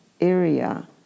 area